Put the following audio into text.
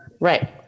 right